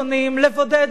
לבודד אותם,